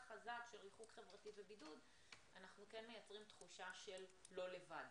חזק של ריחוק חברתי ובידוד אנחנו כן מייצרים תחושה של לא לבד.